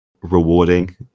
rewarding